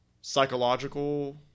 Psychological